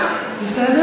בסדר.